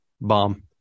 bomb